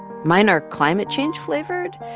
mine are climate change-flavored,